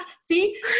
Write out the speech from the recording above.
See